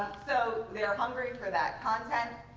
so they are hungry for that content.